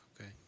Okay